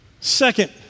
Second